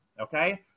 okay